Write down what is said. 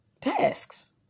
tasks